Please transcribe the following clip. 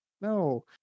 No